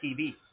TV